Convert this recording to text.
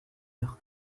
heure